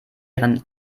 ihren